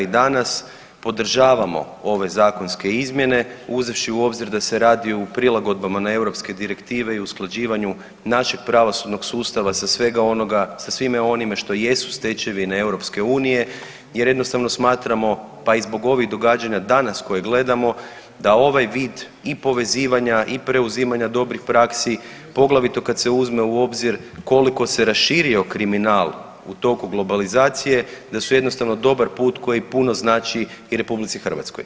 I danas podržavamo ove zakonske izmjene uzevši u obzir da se radi o prilagodbama na europske direktive i usklađivanju našeg pravosudnog sustava sa svime onime što jesu stečevine EU, jer jednostavno smatramo pa i zbog ovih događanja danas koje gledamo da ovaj vid i povezivanja i preuzimanja dobrih praksi, poglavito kad se uzme u obzir koliko se raširio kriminal u toku globalizacije, da su jednostavno dobar put koji puno znači i Republici Hrvatskoj.